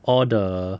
all the